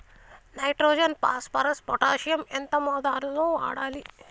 Nitrogen phosphorus potassium ఎంత మోతాదు లో వాడాలి?